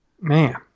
man